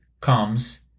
comes